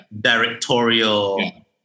directorial